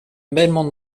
belmont